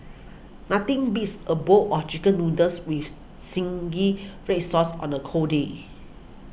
nothing beats a bowl of Chicken Noodles with Zingy Red Sauce on a cold day